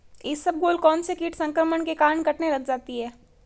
इसबगोल कौनसे कीट संक्रमण के कारण कटने लग जाती है?